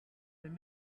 been